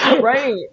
right